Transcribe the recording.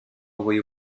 envoyé